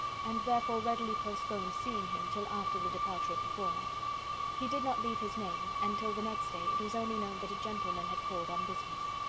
and therefore readily postponed seeing him till after the departure of the former he did not leave his name, and till the next day it was only known that a gentleman had called on business.